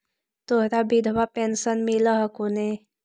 तोहरा विधवा पेन्शन मिलहको ने?